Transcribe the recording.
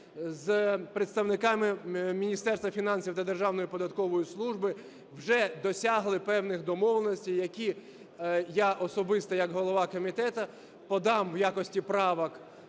з представниками Міністерства фінансів та Державної податкової служби вже досягли певних домовленостей, які я особисто як голова комітету подам в якості правок